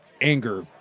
anger